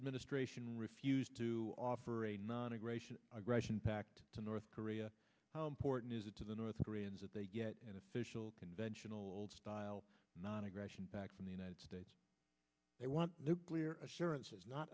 administration refused to offer a not a gracious aggression pact to north korea how important is it to the north koreans that they get an official conventional old style non aggression pact from the united states they want nuclear assurances not